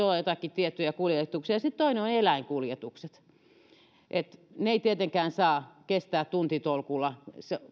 olla joitakin tiettyjä kuljetuksia esimerkiksi suojavarusteet ja sitten toinen on eläinkuljetukset ne eivät tietenkään saa kestää tuntitolkulla